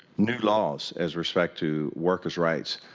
new laws as respect to workers rights,